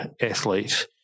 athlete